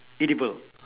edible